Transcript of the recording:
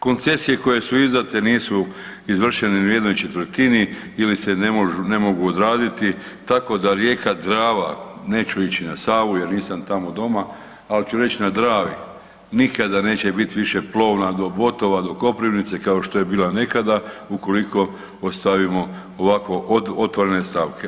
Koncesije koje su izdate nisu izvršene ni u ¼ ili se ne mogu odraditi, tako da rijeka Drava, neću ići na Savu jer nisam tamo doma, al ću reć na Dravi, nikada neće bit više plovna do Botova, do Koprivnice, kao što je bila nekada ukoliko ostavimo ovako otvorene stavke.